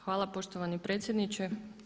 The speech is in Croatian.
Hvala poštovani predsjedniče.